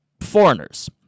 foreigners